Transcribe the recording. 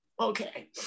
okay